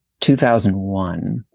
2001